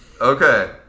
Okay